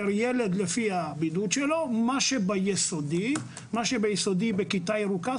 כל ילד לפי הבידוד שלו ומה שבבית הספר היסודי בכיתה ירוקה,